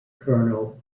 colonel